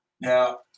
Now